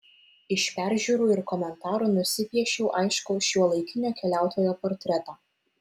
iš peržiūrų ir komentarų nusipiešiau aiškų šiuolaikinio keliautojo portretą